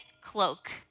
cloak